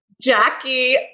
Jackie